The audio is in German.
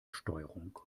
steuerung